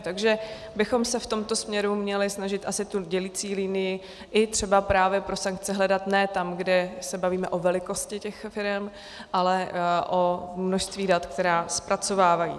Takže bychom se v tomto směru měli snažit asi tu dělicí linii i třeba právě pro sankce hledat ne tam, kde se bavíme o velikosti firem, ale o množství dat, která zpracovávají.